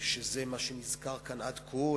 שזה מה שנזכר כאן עד כה,